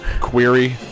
query